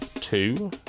two